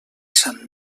sant